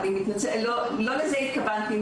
ואני מתנצלת כי לא התכוונתי,